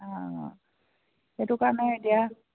অঁ সেইটো কাৰণে এতিয়া